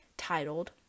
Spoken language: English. titled